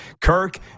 Kirk